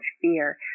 fear